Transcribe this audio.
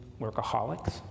workaholics